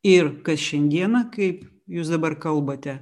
ir kas šiandieną kaip jūs dabar kalbate